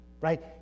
Right